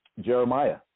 Jeremiah